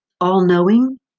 all-knowing